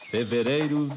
Fevereiro